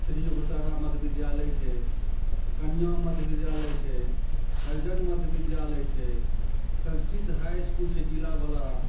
श्री उग्रतारा मध्य विद्यालय छै कन्या मध्य विद्यालय छै हरिजन मध्य विद्यालय छै संस्कृत हाइ इसकूल छै जिलावला